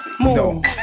Move